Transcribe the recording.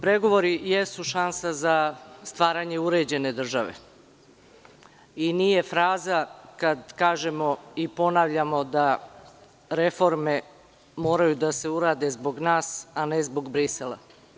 Pregovori jesu šansa za stvaranje uređene države i nije fraza kada kažemo i ponavljamo da reforme moraju da se urade zbog nas, a ne zbog Brisela.